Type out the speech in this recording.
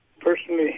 personally